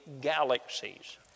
galaxies